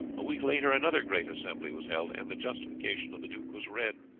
a week later another great assembly was held, and the justification of the duke was read,